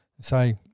Say